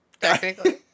Technically